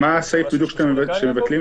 מה הסעיף שמבטלים?